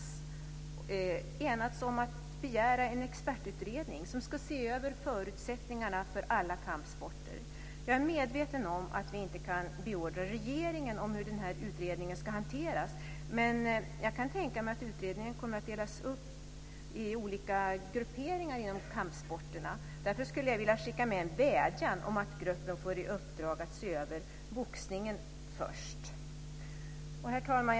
Vi har enats om att begära en expertutredning som ska se över förutsättningarna för alla kampsporter. Jag är medveten om att vi inte kan beordra regeringen hur den här utredningen ska hanteras, men jag kan tänka mig att utredningen kommer att delas upp efter olika grupperingar inom kampsporterna. Därför skulle jag vilja skicka med en vädjan om att gruppen får i uppdrag att titta på boxningen först. Herr talman!